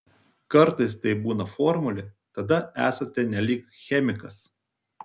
kartais tai būna formulė tada esate nelyg chemikas